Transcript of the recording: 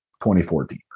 2014